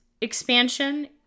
expansion